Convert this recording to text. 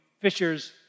fishers